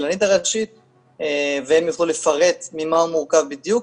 אם תרצו,